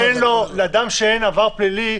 אדם שאין לו עבר פלילי,